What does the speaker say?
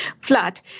flat